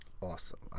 Awesome